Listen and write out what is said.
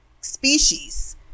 species